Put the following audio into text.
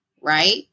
right